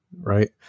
Right